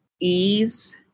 ease